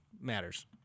matters